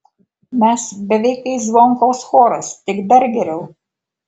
mes beveik kaip zvonkaus choras tik dar geriau